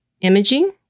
imaging